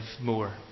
more